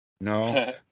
No